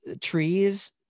trees